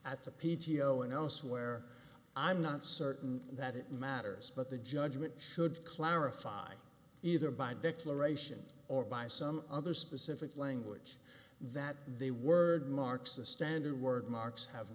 at the p t o and elsewhere i'm not certain that it matters but the judgment should clarify either by declaration or by some other specific language that they word marks the stand who word marks have